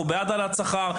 אנחנו בעד העלאת שכר,